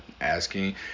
asking